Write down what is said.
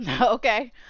Okay